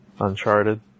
Uncharted